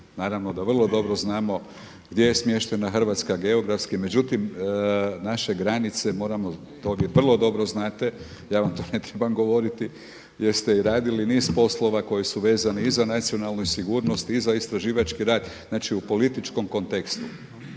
naravno da vrlo dobro znamo gdje je smještena Hrvatska geografski međutim naše granice moramo, to vi vrlo dobro znate, ja vam to ne trebam govoriti jer ste i radili niz poslova koji su vezani i za nacionalnu sigurnost i za istraživački rad. Znači u političkom kontekstu,